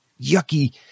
yucky